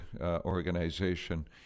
organization